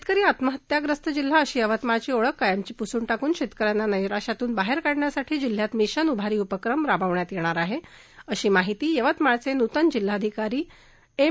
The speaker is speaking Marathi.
शस्क्रिरी आत्महत्याग्रस्त जिल्हा अशी यवतमाळची ओळख कायमची पुसून टाकून शक्रि यांना नैराश्यातून बाहर काढण्यासाठी जिल्ह्यात मिशन उभारी उपक्रम राबवण्यात यप्तर आहा ईी माहिती यवतमाळचव्रितन जिल्हाधिकारी एम